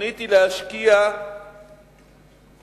התוכנית היא להשקיע בתקציב